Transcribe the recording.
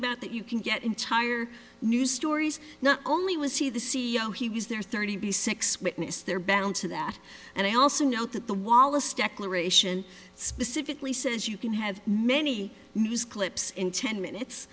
about that you can get entire new stories not only was he the c e o he was there thirty six witness their bounds to that and i also note that the wallace declaration specifically says you can have many news clips in ten minutes